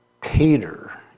Peter